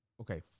Okay